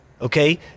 okay